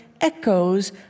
echoes